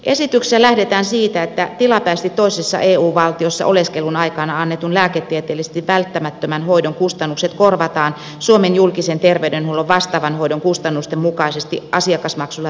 esityksessä lähdetään siitä että tilapäisesti toisessa eu valtiossa oleskelun aikana annetun lääketieteellisesti välttämättömän hoidon kustannukset korvataan suomen julkisen terveydenhuollon vastaavan hoidon kustannusten mukaisesti asiakasmaksulla vähennettynä